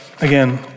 again